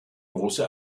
große